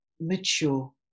mature